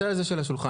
הצד הזה של השולחן,